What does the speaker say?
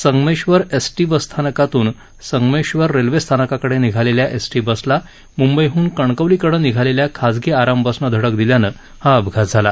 Sangameshwar ST बसस्थानकातून Sangameshwar railway स्थानकाकडे निघालेल्या एसटी बसला मुंबईहून कणकवलीकडे निघालेल्या खासगी आराम बसनं धडक दिल्यानं हा अपघात झाला